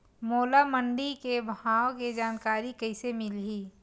मोला मंडी के भाव के जानकारी कइसे मिलही?